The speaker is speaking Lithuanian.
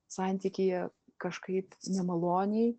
santykyje kažkaip nemaloniai